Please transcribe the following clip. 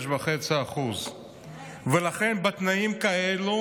6.5%. ולכן בתנאים כאלו